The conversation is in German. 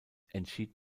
entschied